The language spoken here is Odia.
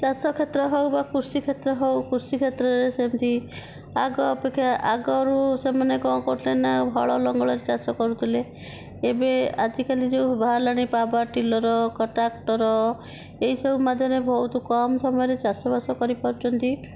ଚାଷ କ୍ଷେତ୍ର ହେଉ ବା କୃଷି କ୍ଷେତ୍ର ହେଉ କୃଷି କ୍ଷେତ୍ରରେ ସେମିତି ଆଗ ଅପେକ୍ଷା ଆଗରୁ ସେମାନେ କ'ଣ କରୁଥିଲେ ନା ହଳ ଲଙ୍ଗଳରେ ଚାଷ କରୁଥିଲେ ଏବେ ଆଜିକାଲି ଯେଉଁ ବାହାରିଲାଣି ପାୱାର ଟିଲର୍ ଟ୍ରାକ୍ଟର ଏହିସବୁ ମଧ୍ୟ ବହୁତ କମ୍ ସମୟରେ ଚାଷବାସ କରିପାରୁଛନ୍ତି